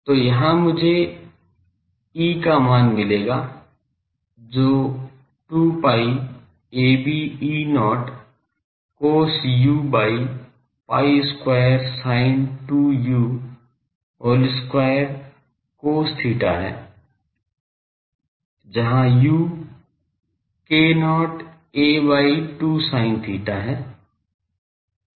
तो यहाँ मुझे E का मान मिलेगा जो 2 pi a b E0 cos u by pi square minus 2 u whole square cos theta है जहां u k0 a by 2 sin theta है